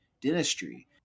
dentistry